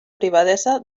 privadesa